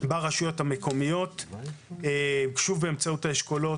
ברשויות המקומיות באמצעות האשכולות,